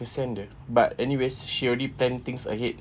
kesian dia but anyways she already plan things ahead